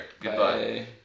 Goodbye